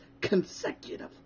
consecutive